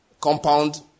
Compound